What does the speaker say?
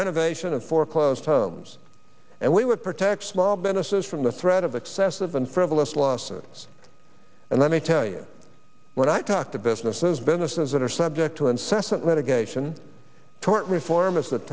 renovation of foreclosed homes and we would protect small businesses from the threat of excessive and frivolous lawsuits and let me tell you when i talk to businesses businesses that are subject to incessant litigation tort reform is the